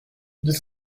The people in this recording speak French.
deux